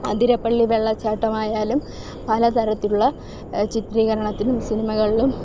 ആതിരപ്പള്ളി വെള്ളച്ചാട്ടമായാലും പലതരത്തിലുള്ള ചിത്രീകരണത്തിനും സിനിമകളിലും